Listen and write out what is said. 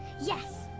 yes!